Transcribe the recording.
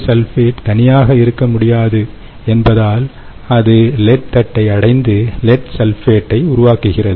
lead oxide sulphuric அமிலத்துடன் வேதிவினை புரிந்து லெட் சல்பேட்டையும் தண்ணீரையும் உருவாக்குகிறது